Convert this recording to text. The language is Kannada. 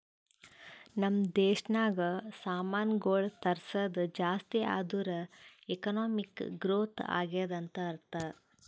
ನಮ್ ದೇಶನಾಗ್ ಸಾಮಾನ್ಗೊಳ್ ತರ್ಸದ್ ಜಾಸ್ತಿ ಆದೂರ್ ಎಕಾನಮಿಕ್ ಗ್ರೋಥ್ ಆಗ್ಯಾದ್ ಅಂತ್ ಅರ್ಥಾ